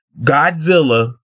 Godzilla